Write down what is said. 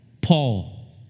Paul